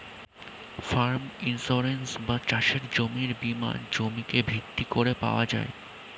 farm insurance বা চাষের জমির বীমা জমিকে ভিত্তি করে পাওয়া যায়